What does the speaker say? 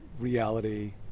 reality